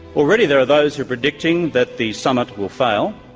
already there are those who are predicting that the summit will fail.